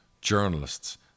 journalists